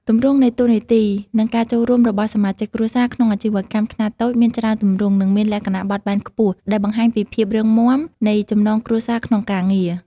ទម្រង់នៃតួនាទី និងការចូលរួមរបស់សមាជិកគ្រួសារក្នុងអាជីវកម្មខ្នាតតូចមានច្រើនទម្រង់ និងមានលក្ខណៈបត់បែនខ្ពស់ ដែលបង្ហាញពីភាពរឹងមាំនៃចំណងគ្រួសារក្នុងការងារ។